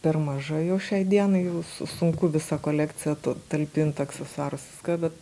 per maža jau šiai dienai jau su sunku visą kolekciją talpint aksesuarus viską bet